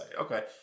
Okay